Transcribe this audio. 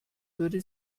würde